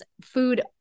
food